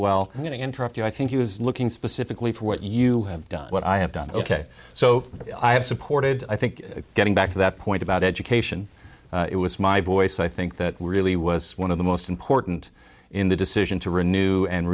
well going to interrupt you i think he was looking specifically for what you have done what i have done ok so i have supported i think getting back to that point about education it was my voice i think that really was one of the most important in the decision to renew